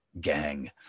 gang